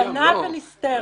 קטנה ונסתרת.